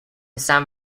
san